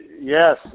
Yes